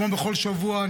כמו בכל שבוע,